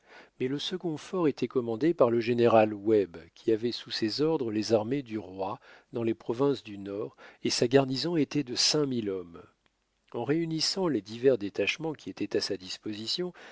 mais le second fort était commandé par le général webb qui avait sous ses ordres les armées du roi dans les provinces du nord et sa garnison était de cinq mille hommes en réunissant les divers détachements qui étaient à sa disposition